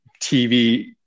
TV